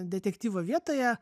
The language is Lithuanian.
detektyvo vietoje